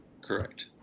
Correct